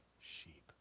sheep